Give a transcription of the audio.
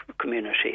community